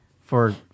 for-